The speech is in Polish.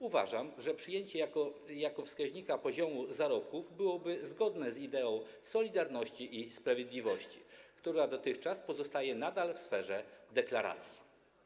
Uważam, że przyjęcie jako wskaźnika poziomu zarobków byłoby zgodne z ideą solidarności i sprawiedliwości, która dotychczas pozostaje nadal w sferze deklaracji.